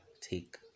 take